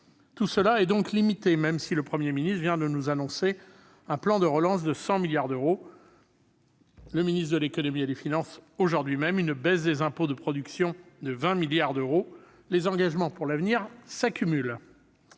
Tout cela est donc limité, même si le Premier ministre vient de nous annoncer un plan de relance de 100 milliards d'euros et le ministre de l'économie, des finances et de la relance, aujourd'hui même, une baisse des impôts de production de 20 milliards d'euros. Quoi qu'il en soit, les engagements pour l'avenir s'accumulent